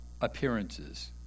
appearances